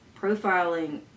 Profiling